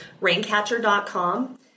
raincatcher.com